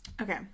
Okay